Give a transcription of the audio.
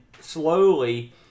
slowly